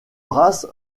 race